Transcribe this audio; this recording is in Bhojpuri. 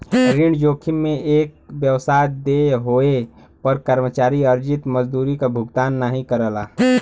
ऋण जोखिम में एक व्यवसाय देय होये पर कर्मचारी अर्जित मजदूरी क भुगतान नाहीं करला